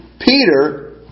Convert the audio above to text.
Peter